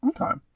Okay